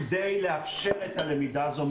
בכדי לאפשר את הלמידה הזאת,